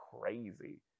crazy